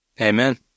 Amen